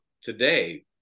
today